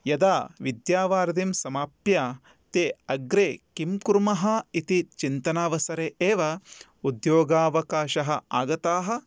यदा विद्यावारिधिं समाप्य ते अग्रे किं कुर्मः इति चिन्तनावसरे एव उद्योगावकाशः आगताः